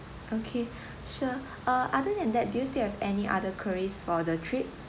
okay sure uh other than that do you still have any other queries for the trip